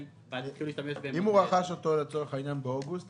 ואז יתחילו להשתמש בהם --- אם הוא רכש לצורך העניין באוגוסט,